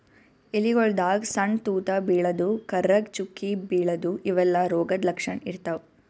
ಎಲಿಗೊಳ್ದಾಗ್ ಸಣ್ಣ್ ತೂತಾ ಬೀಳದು, ಕರ್ರಗ್ ಚುಕ್ಕಿ ಬೀಳದು ಇವೆಲ್ಲಾ ರೋಗದ್ ಲಕ್ಷಣ್ ಇರ್ತವ್